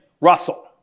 Russell